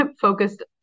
focused